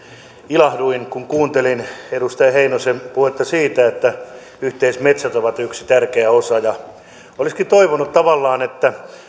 ilahduin kun kuuntelin edustaja heinosen puhetta siitä että yhteismetsät ovat yksi tärkeä osa olisikin tavallaan toivonut että